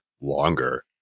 longer